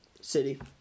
City